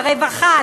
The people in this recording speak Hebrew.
לרווחה,